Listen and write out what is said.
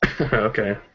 okay